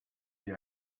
wie